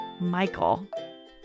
Michael